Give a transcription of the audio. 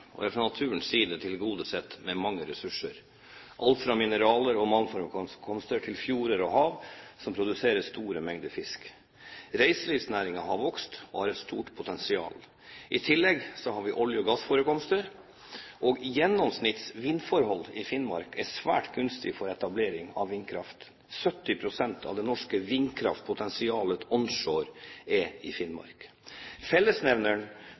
stort, og er fra naturens side tilgodesett med mange ressurser, alt fra mineraler og malmforekomster til fjorder og hav som produserer store mengder fisk. Reiselivsnæringen har vokst og har et stort potensial. I tillegg har vi olje- og gassforekomster, og gjennomsnitts vindforhold i Finnmark er svært gunstig for etablering av vindkraft. 70 pst. av det norske vindkraftpotensialet onshore er i Finnmark. Fellesnevneren